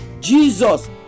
Jesus